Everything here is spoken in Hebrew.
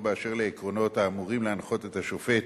באשר לעקרונות האמורים להנחות את השופט